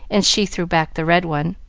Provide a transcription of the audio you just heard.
and she threw back the red one,